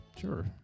Sure